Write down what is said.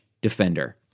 Defender